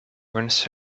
runs